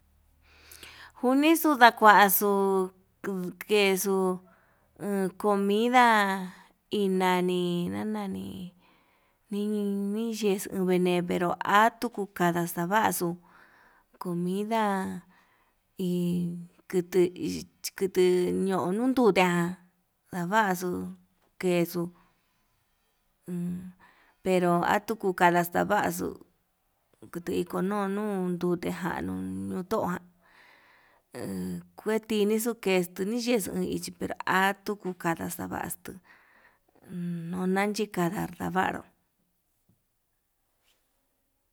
Njunixu ndakuaxu uu kexuu comida hi nani nanani niyexu, nguene tuu atuu kada xavaxuu comida hi kutu hi kutu ño'o, nuntutia ndavaxu kexuu en pero atuu ketata ndavaxu kute iko nunu ndute njanuu nuu tuján, he kekuinixu kexuu nduniyexu ichinida atuu kada extavaxtu no nachi kanda ndavaru.